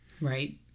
Right